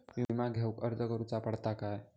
विमा घेउक अर्ज करुचो पडता काय?